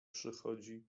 przychodzi